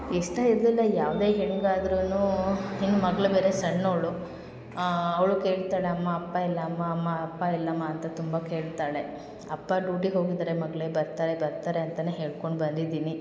ಇಷ್ಟ ಇದ್ದಿಲ್ಲ ಯಾವುದೇ ಹೆಣ್ಗಾದ್ರೂ ಇನ್ನು ಮಗ್ಳು ಬೇರೆ ಸಣ್ಣೋಳು ಅವಳು ಕೇಳ್ತಾಳೆ ಅಮ್ಮ ಅಪ್ಪ ಎಲ್ಲಮ್ಮ ಅಮ್ಮ ಅಪ್ಪ ಎಲ್ಲಮ್ಮ ಅಂತ ತುಂಬ ಕೇಳ್ತಾಳೆ ಅಪ್ಪ ಡೂಟಿಗೆ ಹೋಗಿದ್ದಾರೆ ಮಗಳೇ ಬರ್ತಾರೆ ಬರ್ತಾರೆ ಅಂತಲೇ ಹೇಳ್ಕೊಂಡು ಬಂದಿದ್ದೀನಿ